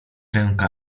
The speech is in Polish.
ręka